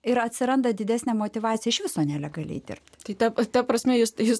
ir atsiranda didesnė motyvacija iš viso nelegaliai dirbti tai taps ta prasme jūs jūs